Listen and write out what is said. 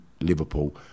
Liverpool